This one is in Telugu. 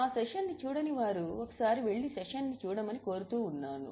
ఆ సెషన్ను చూడనివారు ఒకసారి వెళ్లి సెషన్ను చూడమని కోరుతూ ఉన్నాను